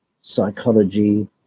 psychology